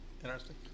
Interesting